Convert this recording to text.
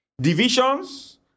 divisions